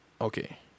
okay